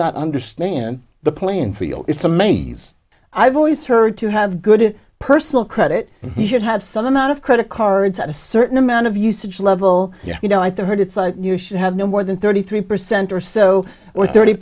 not understand the playing field it's a main i've always heard to have good personal credit should have some amount of credit cards at a certain amount of usage level yeah you know i third it's like you should have no more than thirty three percent or so or thirty